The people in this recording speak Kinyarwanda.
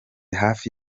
hafi